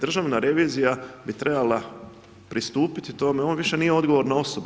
Državna revizija bi trebala pristupiti tome, on više nije odgovorna osoba.